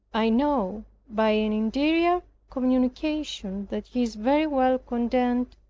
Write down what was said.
i know by an interior communication that he is very well content,